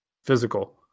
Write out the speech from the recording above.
physical